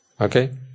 Okay